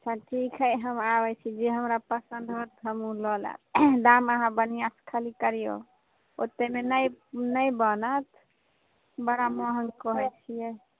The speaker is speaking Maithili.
अच्छा ठीक हय हम आबैत छी जे हमरा पसंद होयत हम ओ लेब दाम अहाँ बढ़िआँ से खाली करिौ ओतेमे नहि ने बनत बड़ा महग कहैत छियै